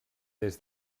des